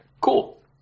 Cool